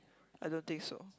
I don't think so